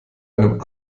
einem